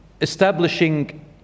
establishing